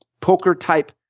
poker-type